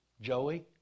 Joey